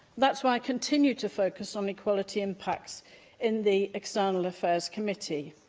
that's why i continue to focus on equality impacts in the external affairs committee.